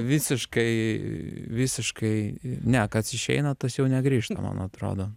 visiškai visiškai ne kas išeina tas jau negrįžta manau atrodo